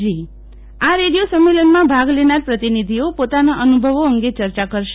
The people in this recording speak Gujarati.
જી આ રેડિયો સંમેલનમાં ભાગ લેનાર પ્રતિનિધિઓ પોતાના અનુભવો અંગે ચર્ચા કરશે